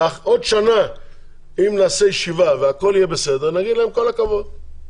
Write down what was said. בעוד שנה אם נעשה ישיבה והכול יהיה בסדר נגיד להם כל הכבוד.